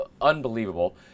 unbelievable